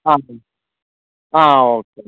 ആ മതി ആ ആ ഓക്കെ